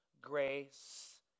grace